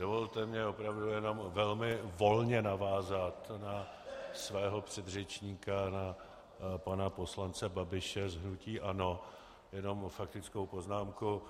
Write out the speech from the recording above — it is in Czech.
Dovolte mi opravdu jenom velmi volně navázat na svého předřečníka, pana poslance Babiše z hnutí ANO, jenom faktickou poznámkou.